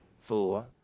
four